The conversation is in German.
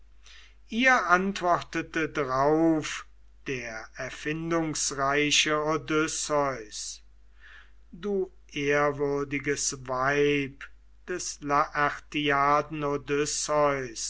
ihr antwortete drauf der erfindungsreiche odysseus du ehrwürdiges weib des